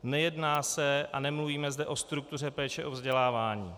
Nejedná se a nemluvíme zde o struktuře péče o vzdělávání.